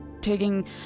taking